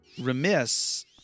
remiss